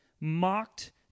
mocked